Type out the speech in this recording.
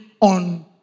on